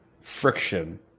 friction